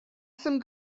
some